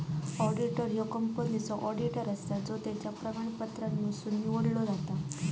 auditor ह्यो कंपनीचो auditor असता जो त्याच्या प्रमाणपत्रांमधसुन निवडलो जाता